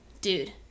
dude